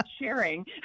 sharing